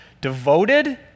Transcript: Devoted